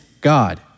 God